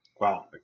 Wow